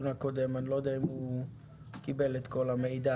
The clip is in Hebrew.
ואם אני מוכר לשוק הפרטי זה צריך להיכנס למאזן?